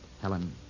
Helen